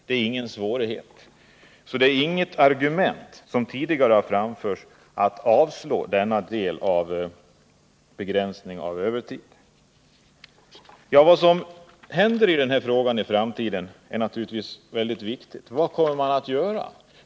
Det är ingen svårighet. Därför är det inte, som tidigare anförts, något argument för yrkande på avslag när det gäller begränsning av övertiden. Vad som händer i den här frågan i framtiden är naturligtvis mycket viktigt. Vad kommer man att göra?